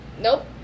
Nope